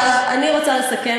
כל מה שמאשימים את השמאל,